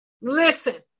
Listen